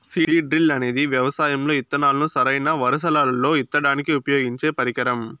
seed drill అనేది వ్యవసాయం లో ఇత్తనాలను సరైన వరుసలల్లో ఇత్తడానికి ఉపయోగించే పరికరం